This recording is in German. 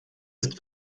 ist